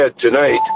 tonight